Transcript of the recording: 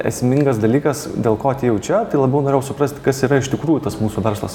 esmingas dalykas dėl ko atėjau čia tai labiau norėjau suprasti kas yra iš tikrųjų tas mūsų verslas